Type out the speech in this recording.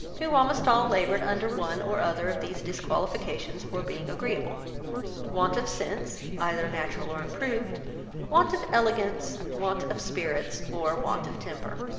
who almost all laboured under one or other of these disqualifications for being agreeable want of sense, either natural or improved want of elegance want of spirits or want of temper.